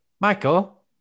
Michael